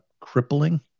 crippling